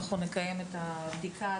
אנחנו נקיים את הבדיקה,